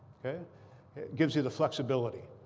it gives you the flexibility.